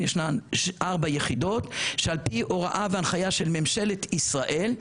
ישנן ארבע יחידות שעל פי הוראה והנחיה של ממשלת ישראל,